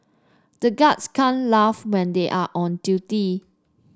the guards can't laugh when they are on duty